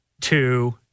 two